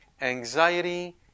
Anxiety